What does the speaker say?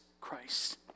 Christ